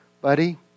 Buddy